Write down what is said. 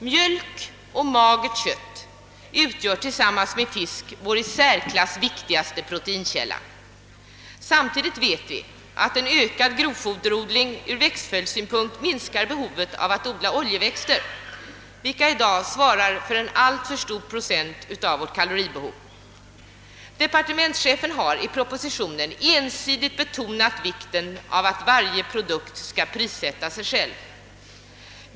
Mjölk och magert kött utgör tillsammans med fisk vår i särklass viktigaste proteinkälla. Samtidigt vet vi att en ökad grovfoderodling ur växtföljdssynpunkt minskar behovet av att odla oljeväxter, vilka i dag svarar för en alltför stor del av vår kalorikonsumtion. Departementschefen har i propositionen ensidigt betonat vikten av att varje produkt skall prissätta sig själv.